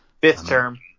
Fifth-term